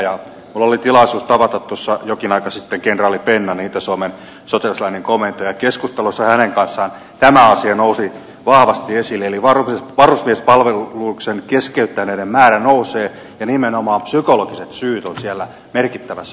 minulla oli tilaisuus tavata tuossa jokin aika sitten kenraali pennanen itä suomen sotilasläänin komentaja ja keskustelussa hänen kanssaan tämä asia nousi vahvasti esille että varusmiespalveluksen keskeyttäneiden määrä nousee ja nimenomaan psykologiset syyt ovat siellä merkittävässä roolissa